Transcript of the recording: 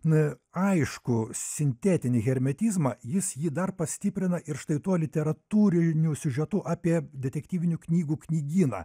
aišku sintetinį hermetizmą jis jį dar pastiprina ir štai tuo literatūriniu siužetu apie detektyvinių knygų knygyną